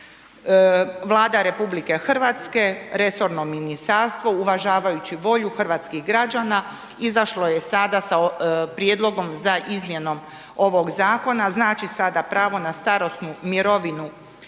Vlada RH, resorno ministarstvo, uvažavajući volju hrvatskih građana, izašlo je sada sa prijedlogom za izmjenom ovog zakona, znači sada pravo na starosnu mirovinu